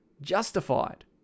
justified